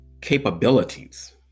capabilities